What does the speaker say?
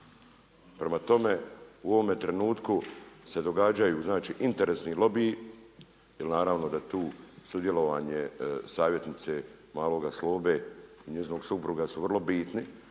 Prema tome, u ovome trenutku se događaju znači, interesni lobiji, jer naravno da tu sudjelovanje savjetnice maloga Slobe i njezinog supruga su vrlo bitni